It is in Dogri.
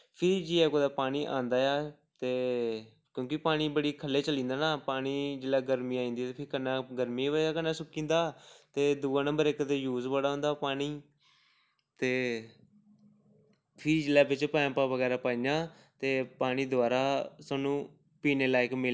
फ्ही जाइयै कुदै पानी औंदा ऐ ते क्यूंकि पानी बड़ी थल्लै चली जंदा ना पानी जेल्लै गरमी आई जंदी ते पानी गरमी दी बजह् कन्नै सुक्की जंदा ते दूआ नंबर इक्क ते यूज बड़ा होंदा पानी ते फ्ही जेल्लै बिच्च पाइपां बगैरा पाइयां ते पानी दबारा सानूं पीने लायक मिलदा